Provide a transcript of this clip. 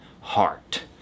heart